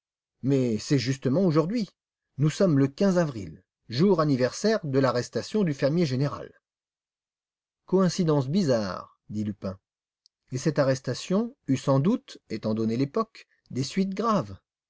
mais c'est justement aujourd'hui nous sommes le avril jour anniversaire de l'arrestation du fermier général coïncidence bizarre dit lupin et cette arrestation eut sans doute étant donné l'époque des suites graves